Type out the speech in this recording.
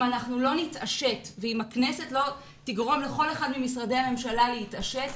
אם אנחנו לא נתעשת ואם הכנסת לא תגרום לכל אחד ממשרדי הממשלה להתעשת,